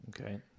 Okay